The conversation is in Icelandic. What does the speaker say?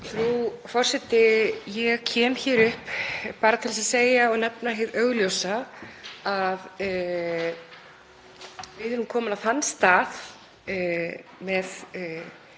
Frú forseti. Ég kem hér upp bara til að segja og nefna hið augljósa, að við erum komin á þann stað með